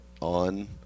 on